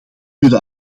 wil